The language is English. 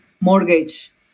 mortgage